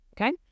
okay